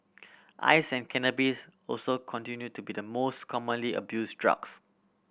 ice and cannabis also continue to be the most commonly abused drugs